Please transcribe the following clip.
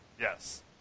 Yes